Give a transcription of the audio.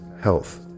health